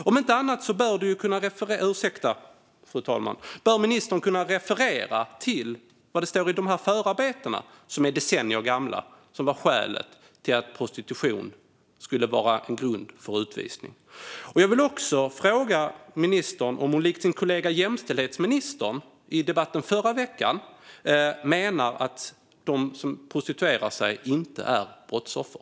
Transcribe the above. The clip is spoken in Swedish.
Om inte annat bör ministern kunna referera till vad det stod i de här förarbetena, som är decennier gamla, som var skälet till att prostitution skulle vara en grund för utvisning. Jag vill också fråga ministern om hon likt sin kollega jämställdhetsministern i debatten i förra veckan menar att de som prostituerar sig inte är brottsoffer.